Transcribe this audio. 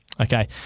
Okay